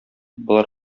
болар